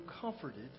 comforted